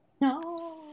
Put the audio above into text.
No